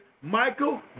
Michael